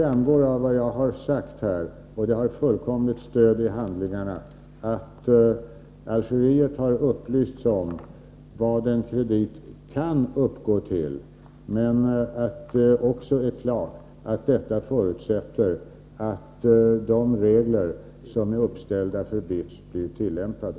Av vad jag har sagt framgår — och det har fullkomligt stöd i handlingarna — att Algeriet har upplysts om vad en kredit kan uppgå till men att det också är klart att detta förutsätter att de regler som är uppställda för BITS blir tillämpade.